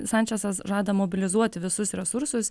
sančesas žada mobilizuoti visus resursus